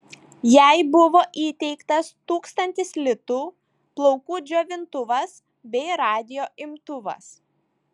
jai buvo įteiktas tūkstantis litų plaukų džiovintuvas bei radijo imtuvas